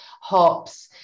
hops